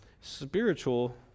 spiritual